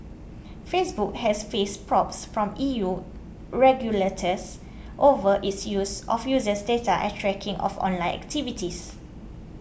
Facebook has faced probes from E U regulators over its use of users data and tracking of online activities